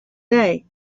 day